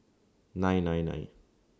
nine nine nine